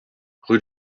rue